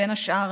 בין השאר,